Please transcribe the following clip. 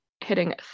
hitting